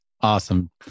Awesome